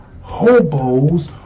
hobos